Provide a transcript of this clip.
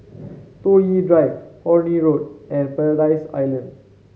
Toh Yi Drive Horne Road and Paradise Island